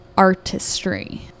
artistry